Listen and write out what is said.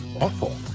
awful